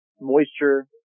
moisture